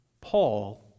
Paul